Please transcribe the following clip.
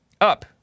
up